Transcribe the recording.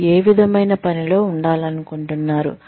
మీరు ఏ విధమైన పనిలో ఉండాలనుకుంటున్నారు